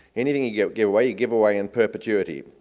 anything you give give away, you give away in perpetuity,